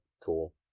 cool